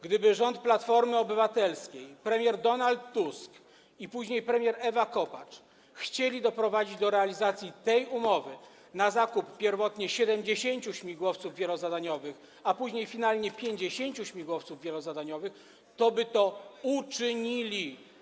Gdyby rząd Platformy Obywatelskiej, premier Donald Tusk i później premier Ewa Kopacz chcieli doprowadzić do realizacji tej umowy na zakup pierwotnie 70 śmigłowców wielozadaniowych, a finalnie 50 śmigłowców wielozadaniowych, toby to uczynili.